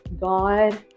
God